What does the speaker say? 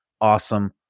awesome